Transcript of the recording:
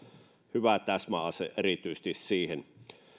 hyvä täsmäase erityisesti siihen